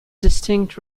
distinct